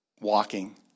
walking